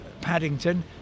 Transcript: Paddington